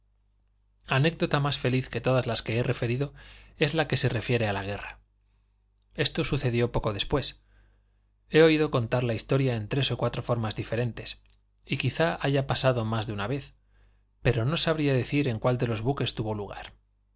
anécdota más feliz que todas las que he referido es la que se refiere a la guerra esto sucedió poco después he oído contar la historia en tres o cuatro formas diferentes y quizá haya pasado más de una vez pero no sabría decir en cuál de los buques tuvo lugar